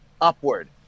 upward